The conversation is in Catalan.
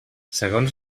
segons